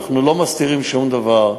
אנחנו לא מסתירים שום דבר.